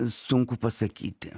sunku pasakyti